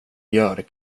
gör